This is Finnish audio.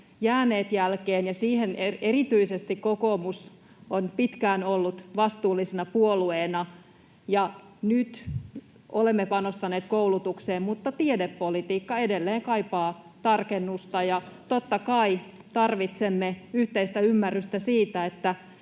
jääneet jälkeen, ja siinä erityisesti kokoomus on pitkään ollut vastuullisena puolueena. Nyt olemme panostaneet koulutukseen, mutta tiedepolitiikka kaipaa edelleen tarkennusta. Ja totta kai tarvitsemme yhteistä ymmärrystä siitä,